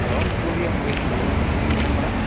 hello Puvi அவங்க வீட்டுலருந்து பேசுகிறேங்க சொல்லுங்கள் மேடம்